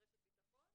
רשת ביטחון,